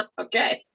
Okay